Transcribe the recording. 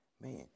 Man